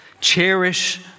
Cherish